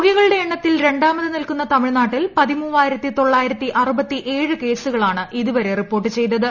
രോഗികളുടെ എണ്ണത്തിൽ രണ്ടാമത് നിൽക്കുന്ന തമിഴ്നാട്ടിൽ പതിമൂവായിരത്തി തൊള്ളായിരത്തി അറുപത്തിയേഴ് കേസുകളാണ് ഇതുവരെ റിപ്പോർട്ട് ചെയ്തത്